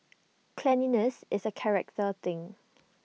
cleanliness is A character thing